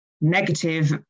negative